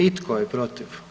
I tko je protiv?